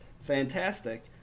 fantastic